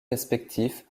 respectif